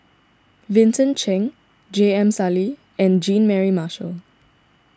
Vincent Cheng J M Sali and Jean Mary Marshall